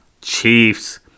Chiefs